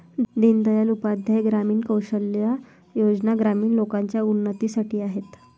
दीन दयाल उपाध्याय ग्रामीण कौशल्या योजना ग्रामीण लोकांच्या उन्नतीसाठी आहेत